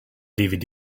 dvd